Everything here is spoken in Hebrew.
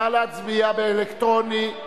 נא להצביע באלקטרונית.